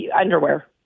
Underwear